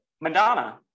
Madonna